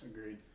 agreed